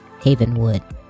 Havenwood